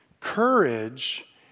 Courage